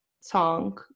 song